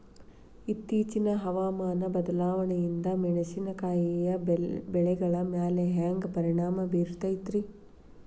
ಇತ್ತೇಚಿನ ಹವಾಮಾನ ಬದಲಾವಣೆಯಿಂದ ಮೆಣಸಿನಕಾಯಿಯ ಬೆಳೆಗಳ ಮ್ಯಾಲೆ ಹ್ಯಾಂಗ ಪರಿಣಾಮ ಬೇರುತ್ತೈತರೇ?